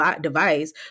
device